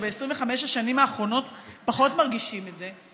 ב-25 השנים האחרונות פחות מרגישים את זה.